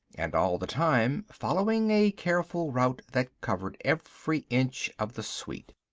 and all the time following a careful route that covered every inch of the suite.